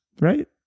Right